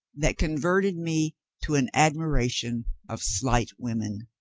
that converted me to an admiration of slight women.